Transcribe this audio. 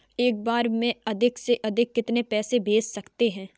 एक बार में अधिक से अधिक कितने पैसे भेज सकते हैं?